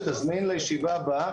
אם תוכל להזמין לישיבה הבאה